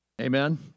Amen